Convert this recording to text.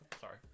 Sorry